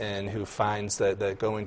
in who finds the going to